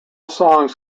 songs